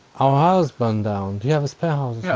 ah burned down, do you have a spare house yeah